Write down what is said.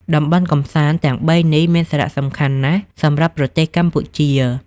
តំបន់កម្សាន្តទាំងបីនេះ មានសារៈសំខាន់ណាស់សម្រាប់ប្រទេសកម្ពុជា។